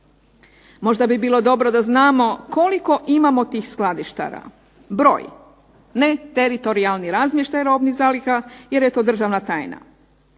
Možda bi bilo dobro da znamo koliko imamo tih skladištara. Broj, ne teritorijalni razmještaj robnih zaliha jer je to državna tajna.